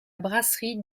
brasserie